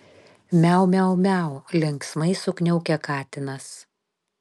miau miau miau linksmai sukniaukė katinas